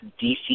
DC